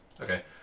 Okay